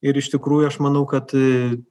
ir iš tikrųjų aš manau kad